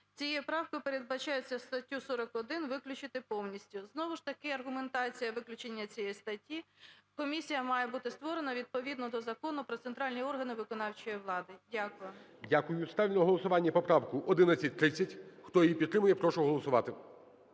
Цією правкою передбачається статтю 41 виключити повністю. Знову ж таки аргументація виключення цієї статті: комісія має бути створена відповідно до Закону "Про центральні органи виконавчої влади". Дякую. ГОЛОВУЮЧИЙ. Дякую. Ставлю на голосування поправку 1130. Хто її підтримує, я прошу голосувати.